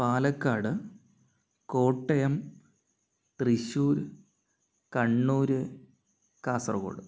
Palakkad Kottayam Thrissur Kannur Kasaragod